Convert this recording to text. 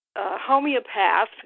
homeopath